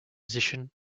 position